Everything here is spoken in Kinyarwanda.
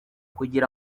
kugira